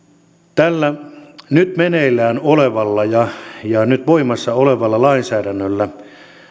tällä nyt meneillään olevalla ja ja nyt voimassa olevalla lainsäädännöllä